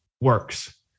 works